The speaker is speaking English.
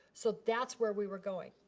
so that's where we were going.